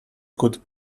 could